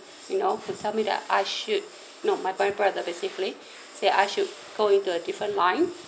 you know who tell me that I should no my brother basically say I should go into a different line